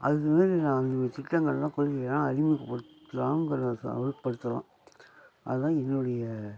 அது மாரி திட்டங்களெலாம் அறிமுகப்படுத்தி கிராமப்புறத்தில் அறிமுகப்படுத்தலாம் அதுதான் என்னுடைய